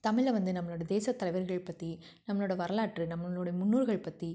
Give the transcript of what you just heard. தமிழில வந்து நம்மளோடய தேசத் தலைவர்கள் பற்றி நம்மளோடய வரலாற்று நம்மளோடய முன்னோர்கள் பற்றி